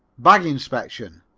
bag inspection.